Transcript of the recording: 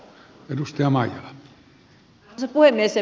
arvoisa puhemies